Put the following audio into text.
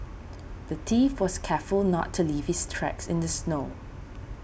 the thief was careful not to leave his tracks in the snow